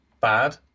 Bad